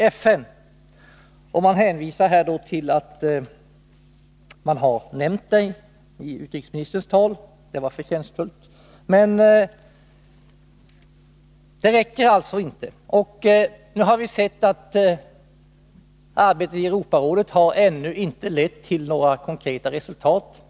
Utskottsmajoriteten hänvisar här till att detta har nämnts i utrikesministerns tal. Det var förtjänstfullt, men det räcker alltså inte. Nu har vi sett att arbetet i Europarådet ännu inte har lett till några konkreta resultat.